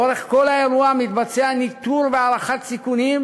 לאורך כל האירוע מתבצעים ניטור והערכת סיכונים,